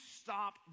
stop